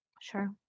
Sure